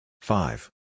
Five